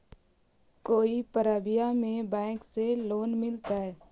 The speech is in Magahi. कोई परबिया में बैंक से लोन मिलतय?